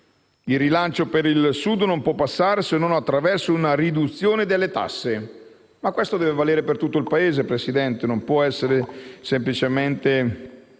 Il rilancio per il Sud non può passare se non attraverso una riduzione delle tasse, ma questo deve valere per tutto il Paese e non può essere semplicemente